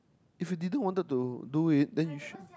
if you didn't wanted to do it then you should